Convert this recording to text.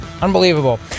Unbelievable